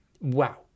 wow